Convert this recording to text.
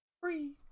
Free